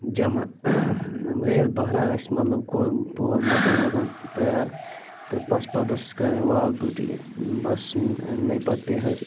جَمع أسۍ بہرحال اَسہِ مطلب کوٚر مکان وکان تیار تہٕ بَس پَتہٕ اوٚسُس کَرٕنۍ یہِ وال پُٹی بَس اَننٲے پَتہٕ بِہٲرۍ